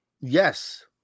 Yes